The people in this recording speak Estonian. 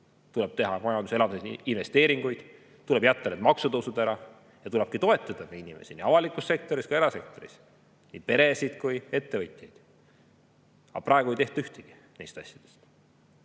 Tuleb teha majanduse elavdamiseks investeeringuid, tuleb jätta maksutõusud ära ja tuleb toetada meie inimesi nii avalikus sektoris kui ka erasektoris, nii peresid kui ka ettevõtjaid. Aga praegu ei tehta ühtegi neist asjadest.